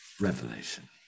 revelation